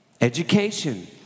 education